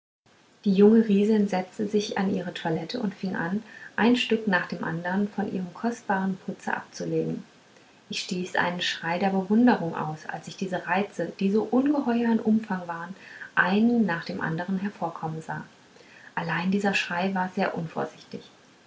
die junge riesin setzte sich an ihre toilette und fing an ein stück nach dem andern von ihrem kostbaren putze abzulegen ich stieß einen schrei der bewunderung aus als ich diese reize die so ungeheuer an umfang waren einen nach dem andern hervorkommen sah allein dieser schrei war sehr unvorsichtig